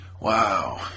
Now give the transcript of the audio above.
Wow